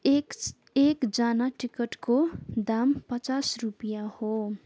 एक एकजना टिकटको दाम पचास रुपियाँ हो